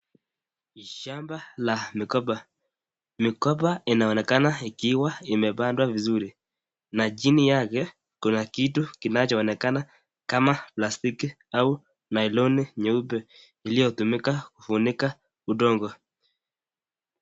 Shamba la mikoba. Mikoba inaonekana ikiwa imepandwa vizuri na chini yake kuna kitu kinachoonekana kama plastiki au nailoni nyeupe iliyotumika kufunika udongo.